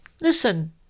listen